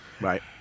Right